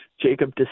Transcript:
Jacob